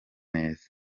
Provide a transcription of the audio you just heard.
neza